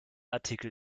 artikel